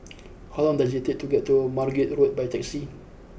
how long does it take to get to Margate Road by taxi